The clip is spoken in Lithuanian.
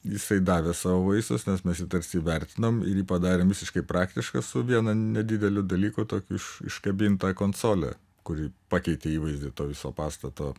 jisai davė savo vaistus nes mes jį tarsi įvertinom ir jį padarėm visiškai praktišką su vienu nedideliu dalyku tokia iškabinta konsole kuri pakeitė įvaizdį to viso pastato